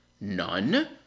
None